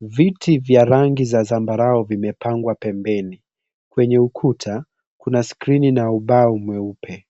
Viti vya rangi ya zambarau vimepangwa pembeni, kwenye ukuta kuna skrini na ubao mweupe.